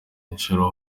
nshuro